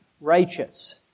righteous